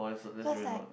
because I